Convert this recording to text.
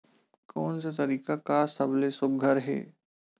कोन से तरीका का सबले सुघ्घर हे?